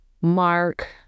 Mark